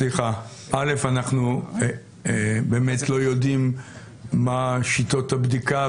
אנחנו באמת לא יודעים מה שיטות הבדיקה.